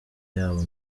yabo